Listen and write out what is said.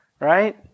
Right